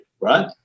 right